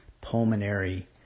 pulmonary